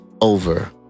over